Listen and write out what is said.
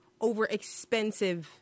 overexpensive